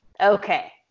okay